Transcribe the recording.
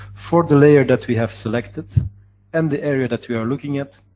for the layer that we have selected and the area that we are looking at,